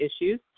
issues